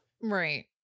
right